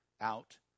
out